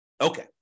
Okay